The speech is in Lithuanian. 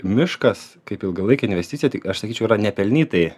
miškas kaip ilgalaikė investicija tik aš sakyčiau yra nepelnytai